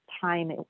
time